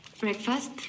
Breakfast